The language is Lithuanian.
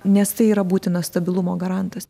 nes tai yra būtinas stabilumo garantas